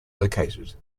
located